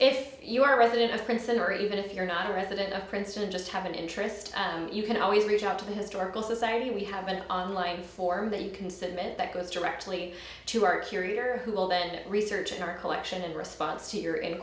if you are a resident of princeton or even if you're not a resident of princeton just have an interest you can always reach out to the historical society we have an online form that you can submit that goes directly to our curator who will then research in our collection in response to your